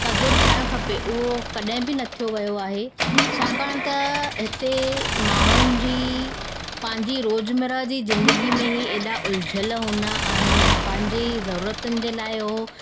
क़दुरु थियणु खपे उहो कॾहिं बि न थियो वियो आहे छाकाणि त हिते माण्हुनि जी पंहिंजी रोजमर्रा जी ज़िंदगी मे ई उलझियल हूंदा आहिनि पंहिंजी ज़रूरतनि जे लाइ उहो